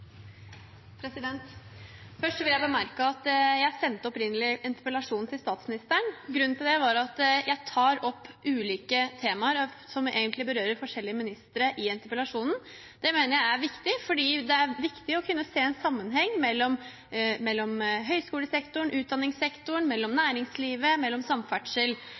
regjeringen. Først vil jeg bemerke at jeg opprinnelig sendte interpellasjonen til statsministeren. Grunnen til det var at jeg i interpellasjonen tar opp ulike temaer, som egentlig berører forskjellige ministre. Det mener jeg er viktig for å kunne se en sammenheng mellom høyskolesektor, utdanningssektor, næringsliv og samferdsel.